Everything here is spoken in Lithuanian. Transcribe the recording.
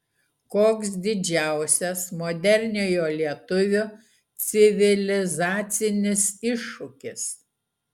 koks didžiausias moderniojo lietuvio civilizacinis iššūkis